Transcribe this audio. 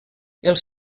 els